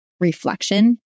reflection